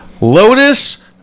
lotus